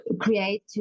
create